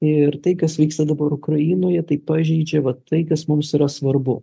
ir tai kas vyksta dabar ukrainoje tai pažeidžia vat tai kas mums yra svarbu